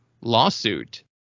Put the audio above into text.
lawsuit